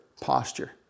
posture